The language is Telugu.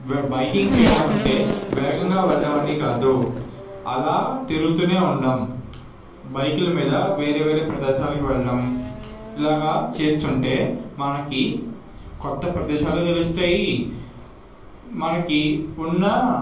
బైకింగ్ చేయడం అంటే వేగంగా వెళ్ళడం అని కాదు అలా తిరుగుతు ఉండడం బైకుల మీద వేరే వేరే ప్రదేశాలకు వెళ్ళడం ఇలాగ చేస్తు ఉంటే మనకి కొత్త ప్రదేశాలు తెలుస్తాయి మనకు ఉన్న